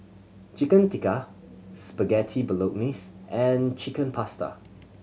Chicken Tikka Spaghetti Bolognese and Chicken Pasta